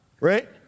Right